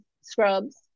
scrubs